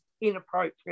inappropriate